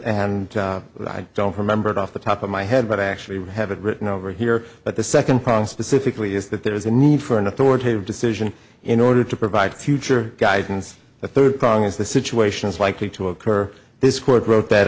and i don't remember it off the top of my head but i actually would have it written over here but the second prong specifically is that there is a need for an authoritative decision in order to provide future guidance the third prong is the situation is likely to occur this court wrote that